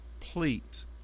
complete